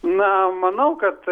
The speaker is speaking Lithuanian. na manau kad